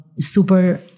super